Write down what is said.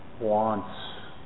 wants